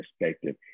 perspective